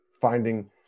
finding